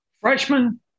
Freshman